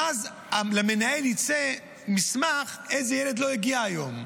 ואז למנהל יצא מסמך איזה ילד לא הגיע היום,